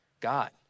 God